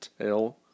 tell